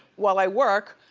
while i work,